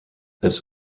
this